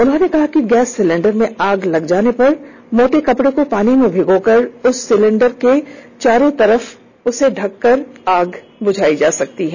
उन्होंने कहा कि गैस सिलिंडर में आग लग जाने पर मोटा कपड़ा को पानी में भिंगोकर उक्त सिलिंडर को चारों तरफ से ढ़क कर आग को बुझा सकते हैं